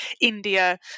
India